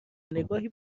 نگاهی